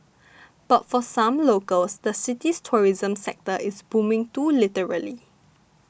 but for some locals the city's tourism sector is booming too literally